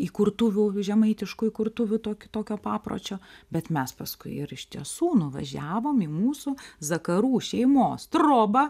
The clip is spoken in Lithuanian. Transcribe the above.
įkurtuvių žemaitiškų įkurtuvių tokį tokio papročio bet mes paskui ir iš tiesų nuvažiavom į mūsų zakarų šeimos trobą